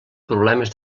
problemes